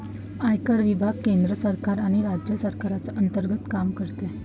आयकर विभाग केंद्र सरकार आणि राज्य सरकारच्या अंतर्गत काम करतो